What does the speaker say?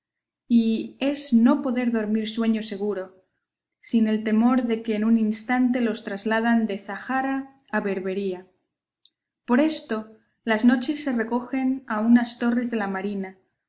y es no poder dormir sueño seguro sin el temor de que en un instante los trasladan de zahara a berbería por esto las noches se recogen a unas torres de la marina